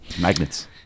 Magnets